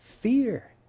fear